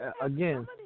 Again